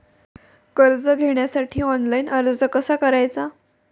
कर्ज घेण्यासाठी ऑनलाइन अर्ज कसा करायचा?